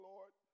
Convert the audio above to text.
Lord